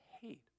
hate